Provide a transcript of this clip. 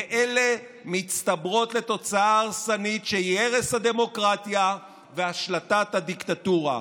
ואלה מצטברות לתוצאה הרסנית שהיא הרס הדמוקרטיה והשלטת הדיקטטורה.